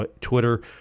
Twitter